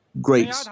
great